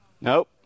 Nope